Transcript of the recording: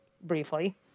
briefly